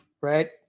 right